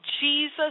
Jesus